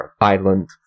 island